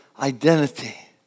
identity